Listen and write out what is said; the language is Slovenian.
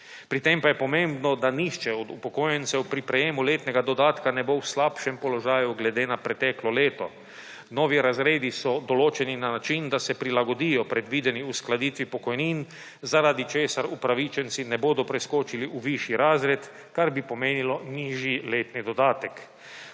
Pri tem pa je pomembno, da nihče od upokojencev pri prejemu letnega dodatka ne bo v slabšem položaju glede na preteklo leto. Novi razredi so določeni na način, da se prilagodijo predvideni uskladitvi pokojnin, zaradi česar upravičenci ne bodo preskočili v višji razred, kar bi pomenilo nižji letni dodatek.